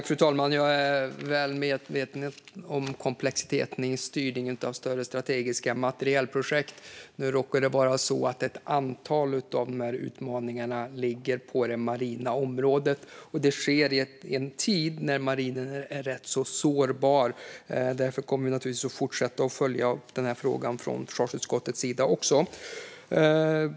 Fru talman! Jag är väl medveten om komplexiteten i styrningen av större strategiska materielprojekt. Nu råkar det vara så att ett antal av de här utmaningarna ligger på det marina området, och det sker i en tid när marinen är rätt sårbar. Därför kommer försvarsutskottet naturligtvis att fortsätta att följa frågan.